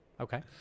Okay